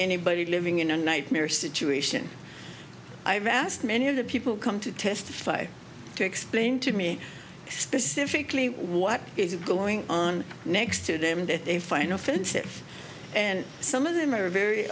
anybody living in a nightmare situation i've asked many of the people come to testify to explain to me specifically what is going on next to them and if they find offensive and some of them are very